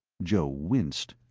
joe winced.